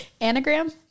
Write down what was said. anagram